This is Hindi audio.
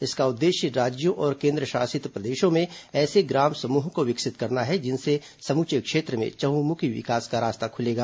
इसका उद्देश्य राज्यों और केन्द्रशासित प्रदेशों में ऐसे ग्राम समूहों को विकसित करना है जिनसे समूचे क्षेत्र में चंहुमुखी विकास का रास्ता खुलेगा